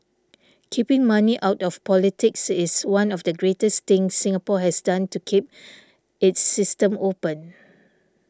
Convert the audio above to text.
keeping money out of politics is one of the greatest things Singapore has done to keep its system open